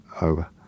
over